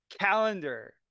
calendar